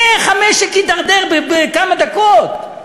איך המשק הידרדר בכמה דקות?